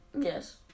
yes